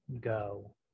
go